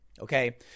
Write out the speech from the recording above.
okay